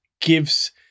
gives